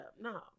No